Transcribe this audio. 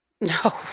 No